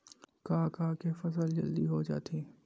का का के फसल जल्दी हो जाथे?